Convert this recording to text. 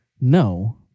No